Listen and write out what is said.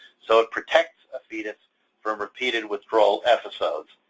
so it protects a fetus from repeated withdrawal episodes.